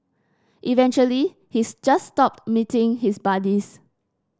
eventually he's just stopped meeting his buddies